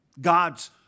God's